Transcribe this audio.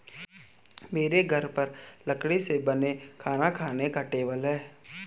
मेरे घर पर लकड़ी से बनी खाना खाने की टेबल है